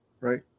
Right